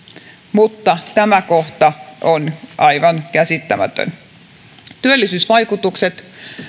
mutta tämä kohta on aivan käsittämätön työllisyysvaikutukset